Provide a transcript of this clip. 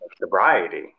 sobriety